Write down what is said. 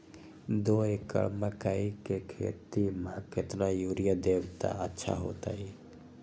दो एकड़ मकई के खेती म केतना यूरिया देब त अच्छा होतई?